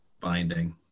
binding